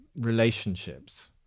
relationships